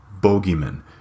bogeyman